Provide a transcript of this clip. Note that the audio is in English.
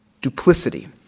Duplicity